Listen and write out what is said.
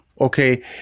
okay